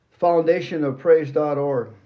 foundationofpraise.org